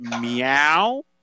meow